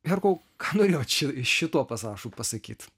herkau ką norėjot ši šituo pasažu pasakyt